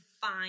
fine